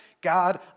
God